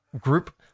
Group